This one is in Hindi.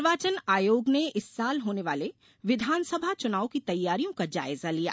निर्वाचन आयोग ने इस साल होने वाले विधानसभा चुनाव की तैयारियों का जायजा लिया